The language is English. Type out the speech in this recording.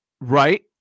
Right